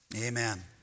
Amen